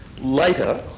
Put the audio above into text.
Later